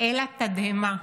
אלא תדהמה.